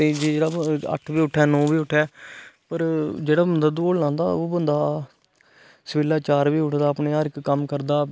कोई अट्ठ बजे उट्ठे नौ बजे उट्ठे फिर जेहडा बंदा दौड़ लांदा ओह् बंदा सवेला चार बजे उठदा अपने हर इक कम्म करदा